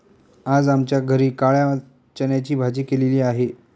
आज आमच्या घरी काळ्या चण्याची भाजी केलेली आहे